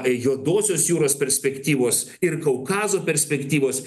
juodosios jūros perspektyvos ir kaukazo perspektyvos